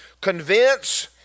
Convince